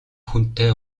хүнтэй